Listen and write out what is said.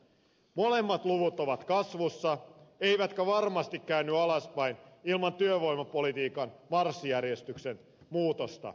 molemmat luvut ovat kasvussa eivätkä varmasti käänny alaspäin ilman työvoimapolitiikan marssijärjestyksen muutosta